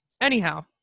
anyhow